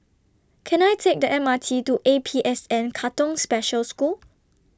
Can I Take The M R T to A P S N Katong Special School